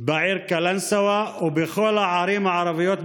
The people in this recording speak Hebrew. בעיר קלנסווה ובכל הערים הערביות במדינה.